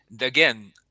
again